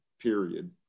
period